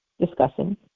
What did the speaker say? discussing